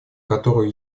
которую